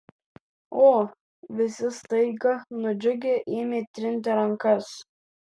o visi staiga nudžiugę ėmė trinti rankas